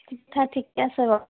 ঠিক আছে ঠিকে আছে বাৰু